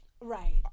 right